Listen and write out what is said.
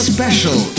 Special